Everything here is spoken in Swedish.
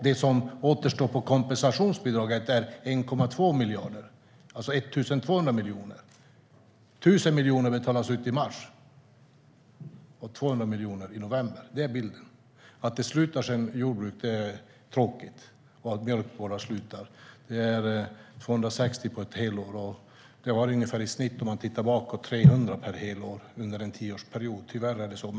Det som återstår av kompensationsbidraget är 1,2 miljarder, alltså 1 200 miljoner. 1 000 miljoner betalas ut i mars och 22 miljoner i november. Det är bilden. Att mjölkbönder slutar med sin verksamhet är tråkigt. Det är 260 mjölkbönder som slutar med sin verksamhet under ett helår. Om man tittar bakåt var det under en tioårsperiod i snitt ungefär 300 per helår. Tyvärr är det så.